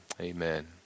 amen